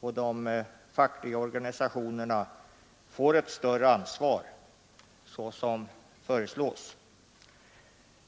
och de fackliga organisationerna får ett större ansvar, som också föreslås.